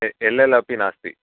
L एल् अपि नास्ति